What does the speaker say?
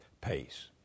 pace